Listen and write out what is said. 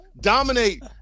dominate